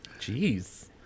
Jeez